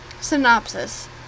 Synopsis